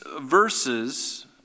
verses